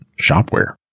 shopware